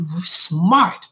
smart